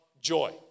joy